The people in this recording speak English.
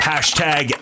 Hashtag